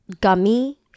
gummy